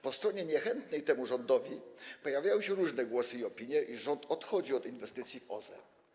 Po stronie niechętnej temu rządowi pojawiały się różne głosy i opinie, iż rząd odchodzi od inwestycji w OZE.